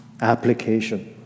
application